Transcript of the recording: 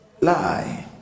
lie